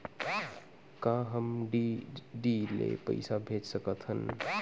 का हम डी.डी ले पईसा भेज सकत हन?